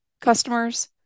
customers